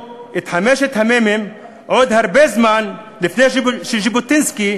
שנכתבו בו חמשת המ"מים עוד הרבה זמן לפני שז'בוטינסקי,